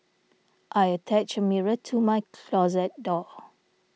I attached a mirror to my closet door